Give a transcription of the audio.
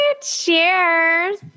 Cheers